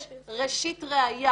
יש ראשית ראיה,